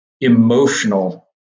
emotional